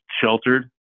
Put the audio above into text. sheltered